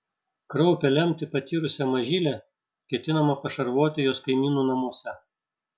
kraupią lemtį patyrusią mažylę ketinama pašarvoti jos kaimynų namuose